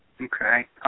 okay